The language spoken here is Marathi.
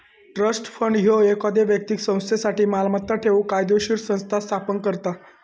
ट्रस्ट फंड ह्यो एखाद्यो व्यक्तीक संस्थेसाठी मालमत्ता ठेवूक कायदोशीर संस्था स्थापन करता